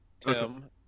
Tim